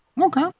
Okay